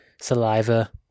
saliva